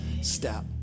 step